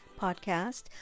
podcast